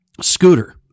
Scooter